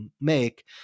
make